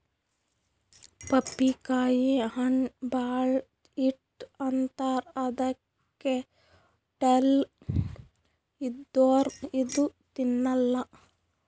ಪಪ್ಪಿಕಾಯಿ ಹಣ್ಣ್ ಭಾಳ್ ಹೀಟ್ ಅಂತಾರ್ ಅದಕ್ಕೆ ಹೊಟ್ಟಲ್ ಇದ್ದೋರ್ ಇದು ತಿನ್ನಲ್ಲಾ